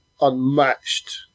unmatched